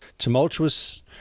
Tumultuous